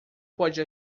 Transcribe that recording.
pode